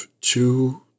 two